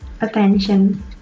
attention